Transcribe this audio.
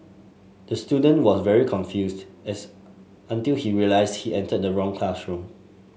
the student was very confused until he realised he entered the wrong classroom